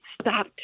stop